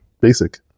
basic